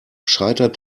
scheitert